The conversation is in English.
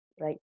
right